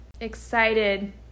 excited